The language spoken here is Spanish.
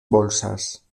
bolsas